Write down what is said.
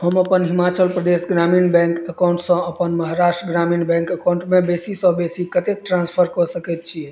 हम अपन हिमाचल प्रदेश ग्रामीण बैंक अकाउंटसँ अपन महाराष्ट्र ग्रामीण बैंक अकाउंटमे बेसीसँ बेसी कतेक ट्रांसफर कऽ सकैत छियै